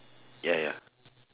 ya ya